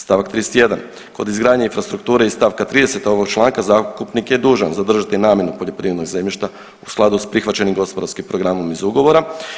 Stavak 31. kod izgradnje infrastrukture iz stavka 30. ovog članka zakupnik je dužan zadržati namjenu poljoprivrednog zemljišta u skladu s prihvaćenim gospodarskim programom iz ugovora.